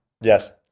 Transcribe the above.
Yes